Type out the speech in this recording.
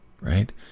right